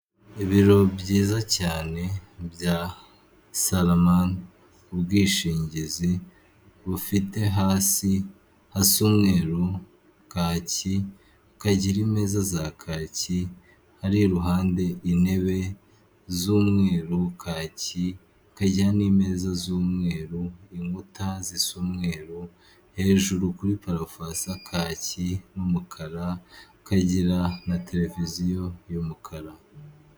Ibiro byiza cyane bya salama, ubwishingizi bufite hasi hasa umweru, kaki hakagira imeza za kaki, ari iruhande, intebe z'umweru hakagira n'imeza z'umweru, inkuta zisa umweru, hejuru kuri parafo hasa kaki n'umukara, hakagira na televiziyo y'umukara.